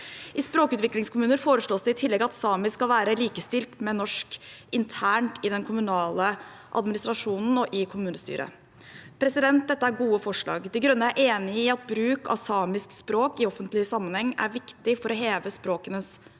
I språkutviklingskommuner foreslås det i tillegg at samisk skal være likestilt med norsk internt i den kommunale administrasjonen og i kommunestyret. Dette er gode forslag. Miljøpartiet De Grønne er enig i at bruk av samisk språk i offentlig sammenheng er viktig for å heve språkenes status.